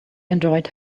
enjoyed